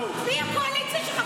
מי הקואליציה שלך?